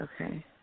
Okay